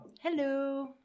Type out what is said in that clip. Hello